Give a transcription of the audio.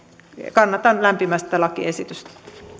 kannatan lämpimästi tätä lakiesitystä